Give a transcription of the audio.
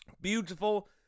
Beautiful